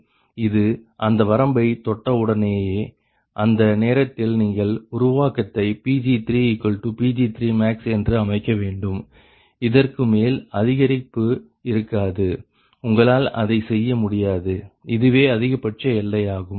எனவே இது அந்த வரம்பை தொட்டவுடனேயே அந்த நேரத்தில் நீங்கள் உருவாக்கத்தை Pg3Pg3max என்று அமைக்க வேண்டும் இதற்குமேல் அதிகரிப்பு இருக்காது உங்களால் அதை செய்ய முடியாது இதுவே அதிகபட்ச எல்லை ஆகும்